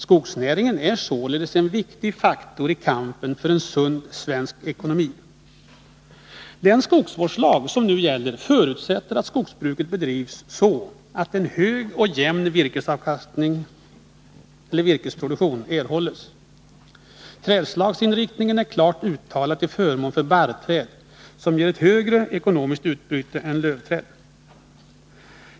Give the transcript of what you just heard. Skogsnäringen är således en 93 viktig faktor i kampen för en sund svensk ekonomi. Den skogsvårdslag som nu gäller förutsätter att skogsbruket bedrivs så, att en hög och jämn virkesproduktion erhålls. Trädslagsinriktningen är klart uttalad till förmån för barrträd, som ger ett högre ekonomiskt utbyte än lövträd.